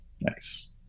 Nice